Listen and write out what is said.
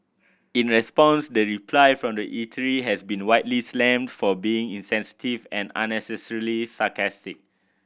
in response the reply from the eatery has been widely slammed for being insensitive and unnecessarily sarcastic